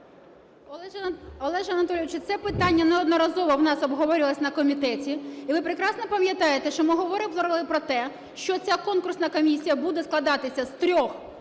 Олеже Анатолійовичу, це питання неодноразово у нас обговорювалося на комітеті. І ви прекрасно пам'ятаєте, що ми говорили про те, що ця конкурсна комісія буде складатися з трьох